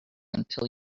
until